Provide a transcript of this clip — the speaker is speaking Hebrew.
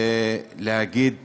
ואגיד